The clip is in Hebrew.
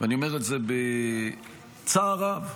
ואני אומר את זה בצער רב,